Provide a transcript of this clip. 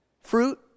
fruit